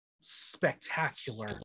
spectacular